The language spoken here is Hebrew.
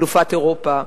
אלופת אירופה,